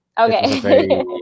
Okay